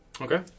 Okay